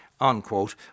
unquote